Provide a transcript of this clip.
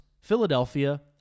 Philadelphia